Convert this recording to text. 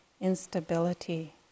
instability